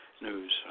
news